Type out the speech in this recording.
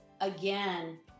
again